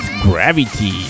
Gravity